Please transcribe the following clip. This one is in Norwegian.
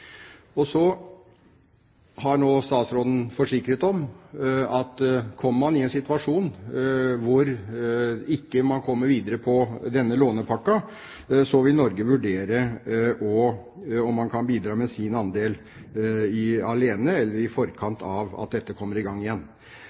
Nå har statsråden forsikret om at hvis man kommer i en situasjon der man ikke kommer videre med lånepakken, vil Norge vurdere om vi kan bidra med vår andel alene, eller i forkant av at dette kommer i gang igjen.